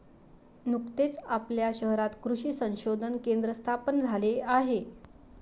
नुकतेच आपल्या शहरात कृषी संशोधन केंद्र स्थापन झाले आहे